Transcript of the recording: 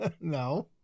No